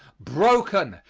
broken,